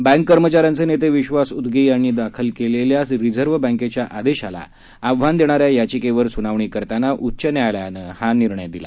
bank कर्मचाऱ्यांचे नेते विश्वास उटगी यांनी दाखल केलेल्या रिझर्व्ह बॅकेच्या आदेशाला आव्हान देणाऱ्या याचिकेवर सुनावणी करताना उच्च न्यायालयानं हा निर्णय दिला